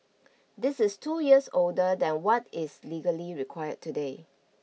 this is two years older than what is legally required today